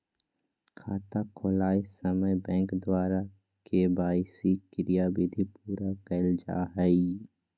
खाता खोलय समय बैंक द्वारा के.वाई.सी क्रियाविधि पूरा कइल जा हइ